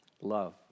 love